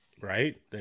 right